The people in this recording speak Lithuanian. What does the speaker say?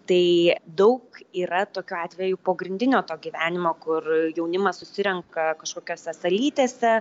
tai daug yra tokiu atveju pogrindinio to gyvenimo kur jaunimas susirenka kažkokiose salytėse